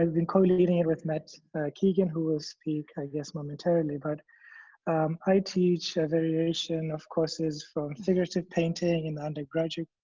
and been co-leading with matt keegan who will speak, i guess, momentarily, but i teach a variation of courses from figurative painting in the undergraduate